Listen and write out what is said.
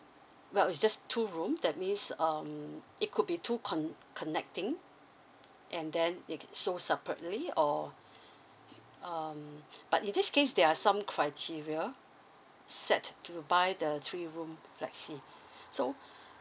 but with just two room that means um it could be two con~ connecting and then it sold separately or um but in this case there are some criteria set to buy the three room flexi so